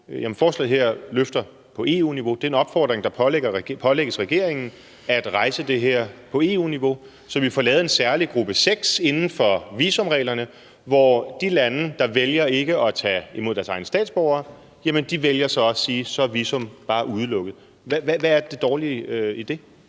forslaget her løfter på EU-niveau. Det er en opfordring, der pålægger regeringen at rejse det her på EU-niveau, så vi får lavet en særlig gruppe 6 inden for visumreglerne, hvor de lande, der vælger ikke at tage imod deres egne statsborgere, så vælger at sige, at så er visum bare udelukket. Hvad er det dårlige i det?